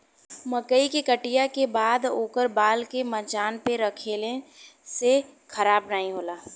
मकई के कटिया के बाद ओकर बाल के मचान पे रखले से खराब नाहीं होला